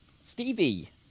Stevie